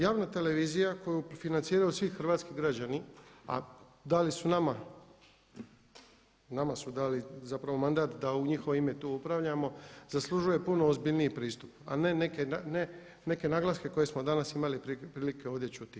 Javna televizija koju financiraju svi hrvatski građani a dali su nama, nama su dali zapravo mandat da u njihovo ime tu upravljamo, zaslužuje puno ozbiljniji pristup a ne neka naglaske koje smo danas imali prilike ovdje čuti.